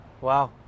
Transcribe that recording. Wow